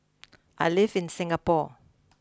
I live in Singapore